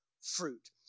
fruit